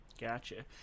Gotcha